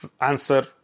answer